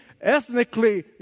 ethnically